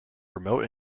remote